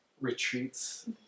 retreats